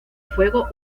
fuego